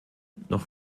noch